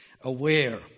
aware